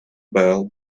bell